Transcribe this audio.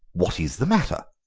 what is the matter?